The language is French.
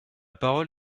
parole